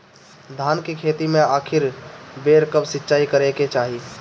धान के खेती मे आखिरी बेर कब सिचाई करे के चाही?